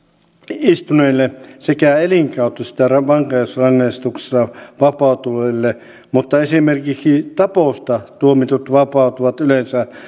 istuneille sekä elinkautisesta vankeusrangaistuksesta vapautuville mutta esimerkiksi taposta tuomitut vapautuvat yleensä